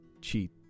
cheat